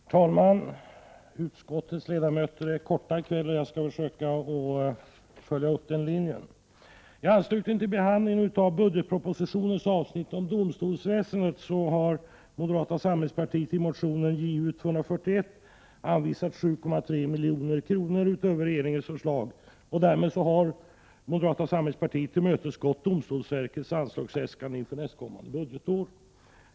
Herr talman! Utskottets ledamöter är kortfattade i kväll. Jag skall försöka att följa den linjen. I anslutning till behandlingen av budgetpropositionens avsnitt om domstolsväsendet har moderata samlingspartiet i motion JU241 anvisat 7,3 milj.kr. utöver regeringens förslag. Därmed har moderata samlingspartiet tillmötesgått domstolsverkets anslagsäskande inför nästkommande budgetår.